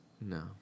No